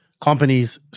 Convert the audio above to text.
companies